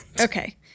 Okay